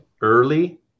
early